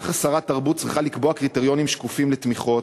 ככה שרת התרבות צריכה לקבוע קריטריונים שקופים לתמיכות,